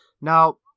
Now